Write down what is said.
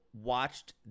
watched